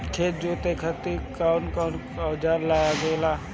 खेत जोते खातीर कउन कउन औजार लागेला?